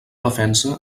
defensa